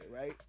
right